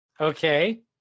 Okay